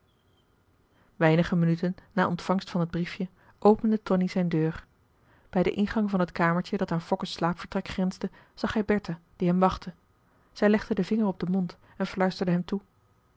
weinige minuten na ontvangst van het briefje opende tonie zijn deur bij den ingang van het kamertje dat aan fokke's slaapvertrek grensde zag hij bertha die hem wachtte zij legde den vinger op den mond en fluisterde hem toe